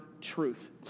truth